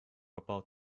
about